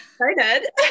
excited